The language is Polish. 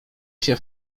się